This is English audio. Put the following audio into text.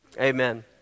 amen